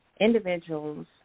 individuals